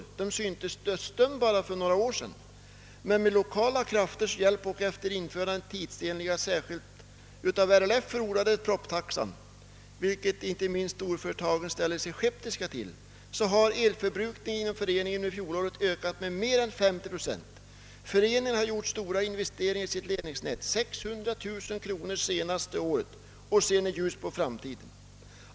Föreningen syntes dödsdömd för bara några år sedan, men med 1okala krafters hjälp och efter införandet av den tidsenliga, särskilt av RLF förordade »propptaxan», vilken inte minst storföretagen ställde sig skeptiska till, har elförbrukningen inom föreningen under fjolåret ökat med inte mindre än 50 procent. Föreningen har gjort stora investeringar i sitt ledningsnät — 600 000 kronor under det senaste året — och ser nu ljust på framtiden.